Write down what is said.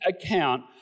account